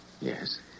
Yes